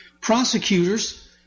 Prosecutors